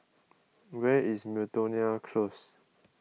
where is Miltonia Close